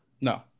No